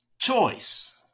choice